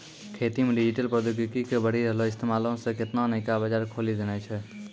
खेती मे डिजिटल प्रौद्योगिकी के बढ़ि रहलो इस्तेमालो से केतना नयका बजार खोलि देने छै